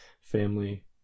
family